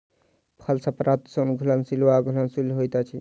फल सॅ प्राप्त सोन घुलनशील वा अघुलनशील होइत अछि